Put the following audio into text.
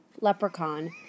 leprechaun